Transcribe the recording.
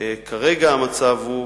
כרגע המצב הוא